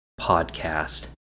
podcast